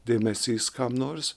dėmesys kam nors